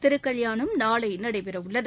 திருக்கல்யாணம் நாளை நடைபெற உள்ளது